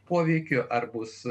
poveikiu ar bus